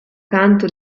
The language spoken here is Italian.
canto